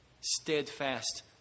steadfast